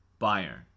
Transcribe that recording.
Bayern